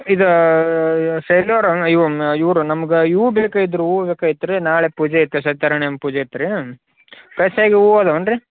ಇದು ಶೈಲಿಯವ್ರೆನ್ ಇವು ಇವರು ನಮ್ಗೆ ಇವು ಬೇಕಾಗಿದ್ವು ರೀ ಹೂವು ಬೇಕಾಯ್ತ್ ರೀ ನಾಳೆ ಪೂಜೆ ಇತ್ತು ಸತ್ಯರಮಣ ಪೂಜೆ ಇತ್ತು ರೀ ಫ್ರೆಶಾಗಿ ಹೂವು ಇದಾವೇನು ರೀ